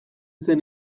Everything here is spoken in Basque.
zen